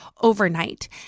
overnight